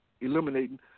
eliminating